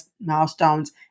milestones